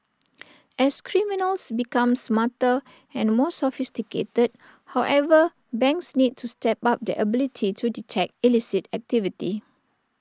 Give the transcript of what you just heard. as criminals become smarter and more sophisticated however banks need to step up their ability to detect illicit activity